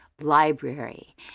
library